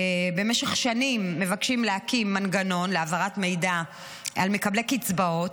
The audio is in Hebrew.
במשך שנים מבקשים להקים מנגנון להעברת מידע על מקבלי קצבאות,